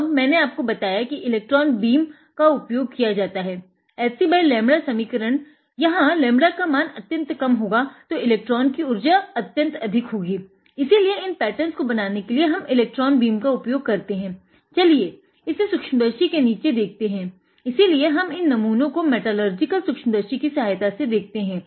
अब मैंने आपको बताया कि इलेक्ट्रान बीम की सहायता से देखते हैं